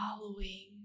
following